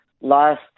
last